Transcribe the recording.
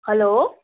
hello